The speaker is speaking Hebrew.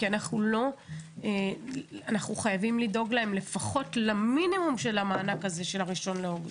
כי אנחנו חייבים לדאוג להם לפחות למינימום של המענק הזה באחד באוגוסט.